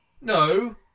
No